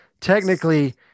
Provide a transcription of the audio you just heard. Technically